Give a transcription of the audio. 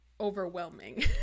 overwhelming